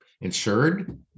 insured